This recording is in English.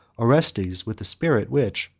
orestes, with a spirit, which,